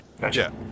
Gotcha